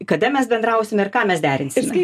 kada mes bendrausime ir ką mes derinsime